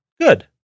Good